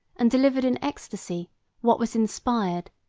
and delivered in ecstasy what was inspired,